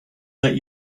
let